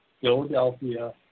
Philadelphia